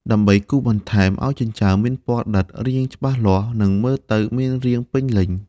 ដើម្បីគូសបន្ថែមឲ្យចិញ្ចើមមានពណ៌ដិត រាងច្បាស់លាស់ និងមើលទៅមានរាងពេញលេញ។